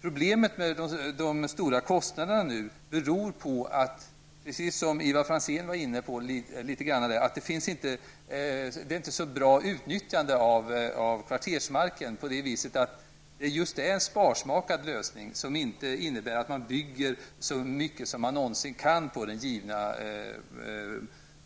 Problemet med de stora kostnaderna, precis som Ivar Franzén var inne på, på att det inte är så bra utnyttjande av kvartersmarken därför att det just är en sparsmakad lösning som inte innebär att man bygger så mycket man någonsin kan på den givna